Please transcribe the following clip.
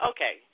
Okay